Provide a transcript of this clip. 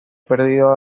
pedido